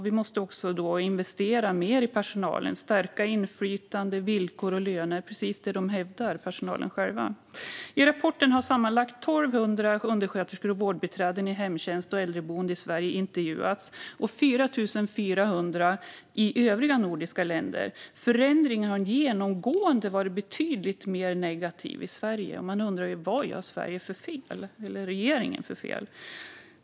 Vi måste investera mer i personalen, stärka inflytandet, villkor och löner. Det är precis det som personalen själv hävdar. I rapporten har sammanlagt 1 200 undersköterskor och vårdbiträden i hemtjänst och äldreboenden i Sverige intervjuats och 4 400 i övriga nordiska länder. Förändringen har genomgående varit betydligt mer negativ i Sverige. Vad gör regeringen i Sverige för fel?